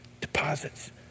deposits